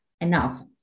enough